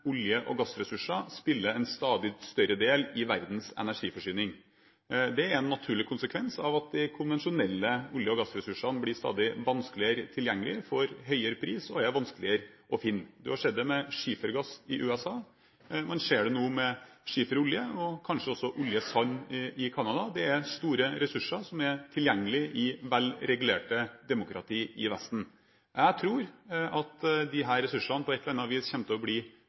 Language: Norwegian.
olje- og gassressurser har en stadig større del i verdens energiforsyning. Det er en naturlig konsekvens av at de konvensjonelle olje- og gassressursene stadig blir vanskeligere tilgjengelig, de får høyre pris og er vanskeligere å finne. Man har sett det i forbindelse med skifergass i USA, og man ser det nå i forbindelse med skiferolje og kanskje også med oljesand i Canada. Det er store ressurser som er tilgjengelige i vel regulerte demokratier i Vesten. Jeg tror at disse ressursene på et eller annet vis kommer til å bli